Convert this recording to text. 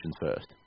first